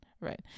right